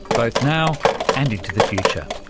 both now and into the future.